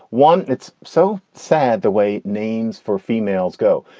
one. it's so sad the way names for females go.